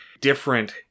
different